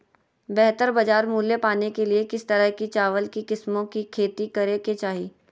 बेहतर बाजार मूल्य पाने के लिए किस तरह की चावल की किस्मों की खेती करे के चाहि?